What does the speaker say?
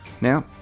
Now